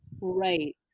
right